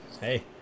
Hey